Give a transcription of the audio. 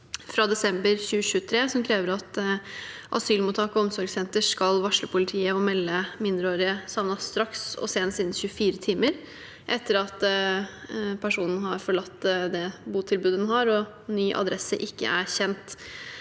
fra desember 2023, som krever at asylmottak og omsorgssentre skal varsle politiet og melde mindreårige savnet straks, og senest innen 24 timer etter at personen har forlatt det botilbudet vedkommende har, og ny adresse ikke er kjent.